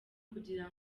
kugira